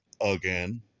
again